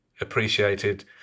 appreciated